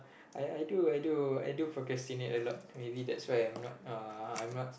I I do I do I do procrastinate a lot maybe that's why I'm not uh I'm not